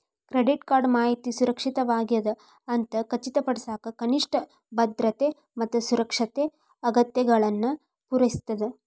credit card ಮಾಹಿತಿ ಸುರಕ್ಷಿತವಾಗ್ಯದ ಅಂತ ಖಚಿತಪಡಿಸಕ ಕನಿಷ್ಠ ಭದ್ರತೆ ಮತ್ತ ಸುರಕ್ಷತೆ ಅಗತ್ಯತೆಗಳನ್ನ ಪೂರೈಸ್ತದ